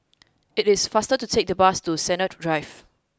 it is faster to take the bus to Sennett Drive